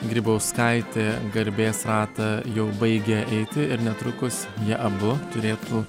grybauskaitė garbės ratą jau baigia eiti ir netrukus jie abu turėtų